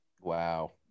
Wow